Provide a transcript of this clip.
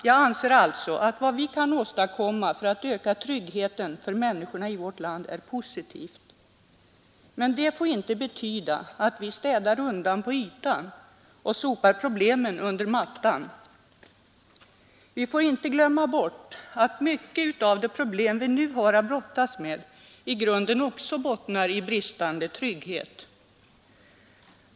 Jag anser alltså att vad vi kan åstadkomma för att öka tryggheten för människorna i vårt land är positivt, men det får inte betyda att vi ”städar” undan på ytan och sopar problemen under mattan. Vi får inte glömma bort att många av de problem vi nu har att brottas med i grunden också bottnar i bristande trygghet.